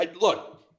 Look